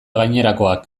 gainerakoak